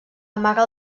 amaga